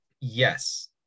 yes